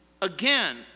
Again